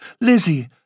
Lizzie